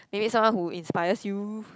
you need someone who inspires you